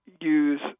use